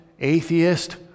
atheist